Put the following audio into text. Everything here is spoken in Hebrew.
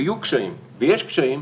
ויהיו קשיים ויש קשיים,